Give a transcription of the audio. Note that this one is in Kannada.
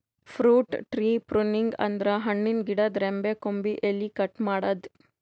ಫ್ರೂಟ್ ಟ್ರೀ ಪೃನಿಂಗ್ ಅಂದ್ರ ಹಣ್ಣಿನ್ ಗಿಡದ್ ರೆಂಬೆ ಕೊಂಬೆ ಎಲಿ ಕಟ್ ಮಾಡದ್ದ್